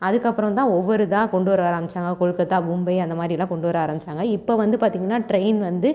அதுக்கப்புறோம் தான் ஒவ்வொரு இதாக கொண்டு வர ஆரமிச்சாங்க கொல்கத்தா மும்பை அந்த மாதிரிலாம் கொண்டு வர ஆரமிச்சாங்க இப்போ வந்து பார்த்திங்கனா ட்ரெயின் வந்து